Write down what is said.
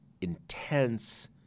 intense